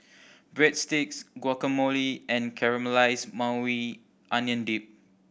Breadsticks Guacamole and Caramelized Maui Onion Dip